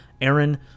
Aaron